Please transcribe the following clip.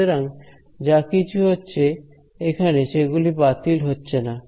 সুতরাং যা কিছু হচ্ছে এখানে সেগুলি বাতিল হচ্ছে না